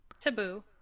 Taboo